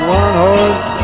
one-horse